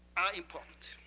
are important,